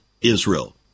Israel